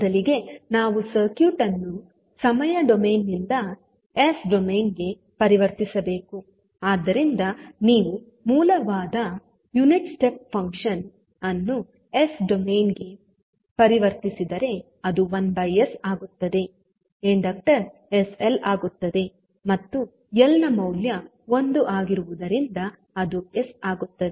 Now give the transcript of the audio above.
ಮೊದಲಿಗೆ ನಾವು ಸರ್ಕ್ಯೂಟ್ ಅನ್ನು ಸಮಯ ಡೊಮೇನ್ ನಿಂದ ಎಸ್ ಡೊಮೇನ್ ಗೆ ಪರಿವರ್ತಿಸಬೇಕು ಆದ್ದರಿಂದ ನೀವು ಮೂಲವಾದ ಯುನಿಟ್ ಸ್ಟೆಪ್ ಫಂಕ್ಷನ್ ಅನ್ನು ಎಸ್ ಡೊಮೇನ್ ಗೆ ಪರಿವರ್ತಿಸಿದರೆ ಅದು 1s ಆಗುತ್ತದೆ ಇಂಡಕ್ಟರ್ sL ಆಗುತ್ತದೆ ಮತ್ತು ಎಲ್ ನ ಮೌಲ್ಯ 1 ಆಗಿರುವುದರಿಂದ ಅದು s ಆಗುತ್ತದೆ